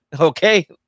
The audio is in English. okay